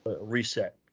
reset